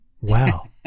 Wow